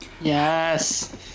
Yes